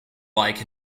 like